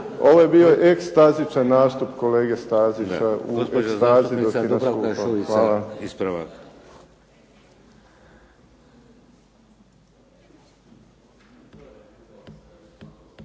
Ovo je bio ekstazičan nastup kolege Stazića …